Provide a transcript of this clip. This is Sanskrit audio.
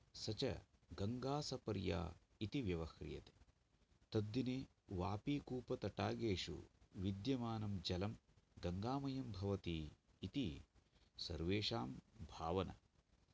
स च गङ्गासपर्या इति व्यवह्रियते तद् दिने वापीकूपतडागेषु विद्यमानं जलं गङ्गामयम् भवति इति सर्वेषां भावना